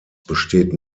besteht